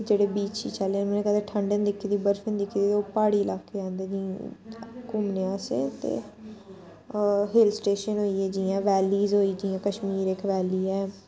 ते जेह्ड़े बीच शीच आह्ले न उ'नें कदें ठंड नी दिक्खी दी बर्फ नी दिक्खी दी ओह् प्हाड़ी लाके आंदे घूमने आस्तै ते हिल स्टेशन होई गे जियां वैलीज होई गेइयां जियां कश्मीर इक वैली ऐ